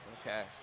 Okay